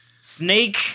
Snake